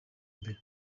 imbere